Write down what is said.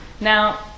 Now